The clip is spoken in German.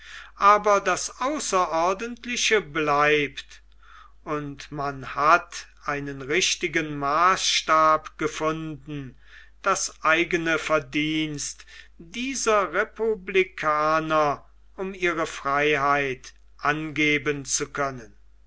aber das außerordentliche bleibt und man hat einen richtigen maßstab gefunden das eigene verdienst dieser republikaner um ihre freiheit angeben zu können